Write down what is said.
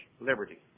liberty